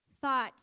thought